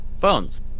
phones